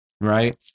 right